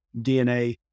DNA